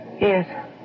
Yes